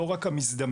לא רק המזדמנים,